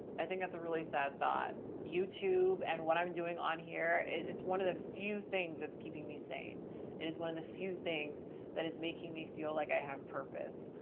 i think that's a really sad thought youtube and what i'm doing on here. it's one of the few things that's keeping me sane and is one of the few things that is making me feel like i have purpose.